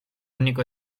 único